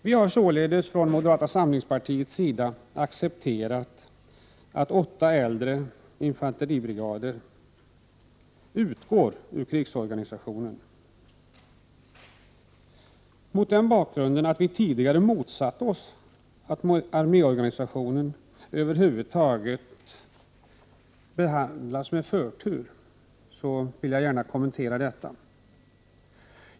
Vi har således från moderata samlingspartiets sida accepterat att åtta äldre infanteribrigader utgår ur krigsorganisationen. Mot bakgrund av att vi tidigare motsatt oss att arméorganisationen över huvud taget behandlas med förtur vill jag gärna kommentera detta.